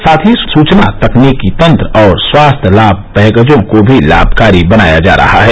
साथ ही सूचना तकनीक तंत्र और स्वास्थ्य लाभ पैकेजों को भी लाभकारी बनाया जा रहा है